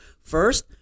first